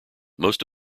most